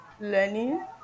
learning